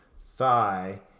thigh